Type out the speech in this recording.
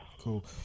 Cool